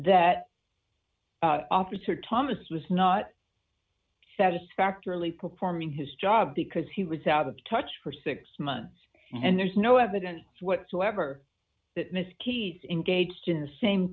that officer thomas was not satisfactorily performing his job because he was out of touch for six months and there's no evidence whatsoever that mr keyes engaged in the same